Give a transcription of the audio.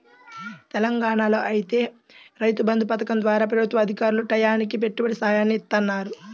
తెలంగాణాలో ఐతే రైతు బంధు పథకం ద్వారా ప్రభుత్వ అధికారులు టైయ్యానికి పెట్టుబడి సాయాన్ని ఇత్తన్నారు